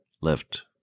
left